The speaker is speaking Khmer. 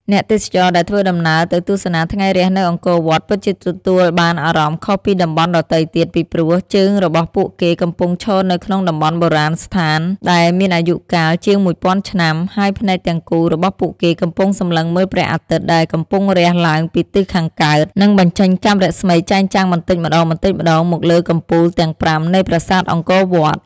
អ្នកទេសចរណ៍ដែលធ្វើដំណើរទៅទស្សនាថ្ងៃរះនៅអង្គរវត្ត ពិតជាទទួលបានអារម្មណ៍ខុសពីតំបន់ដទៃទៀត ពីព្រោះ ជើងរបស់ពួកគេកំពុងឈរនៅក្នុងតំបន់បុរាណស្ថានដែលមានអាយុកាលជាង១ពាន់ឆ្នាំ ហើយភ្នែកទាំងគូរបស់ពួកគេកំពុងសម្លឹងមើលព្រះអាទិត្យដែលកំពុងរះឡើងពីទិសខាងកើត និងបញ្ចេញកាំរស្មីចែងចាំងបន្តិចម្តងៗមកលើកំពូលទាំងប្រាំនៃប្រាសាទអង្គរវត្ត។